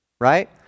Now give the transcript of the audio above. Right